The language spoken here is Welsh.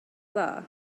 dda